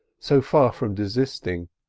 so far from desisting,